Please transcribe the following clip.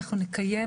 נקיים